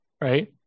right